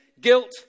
guilt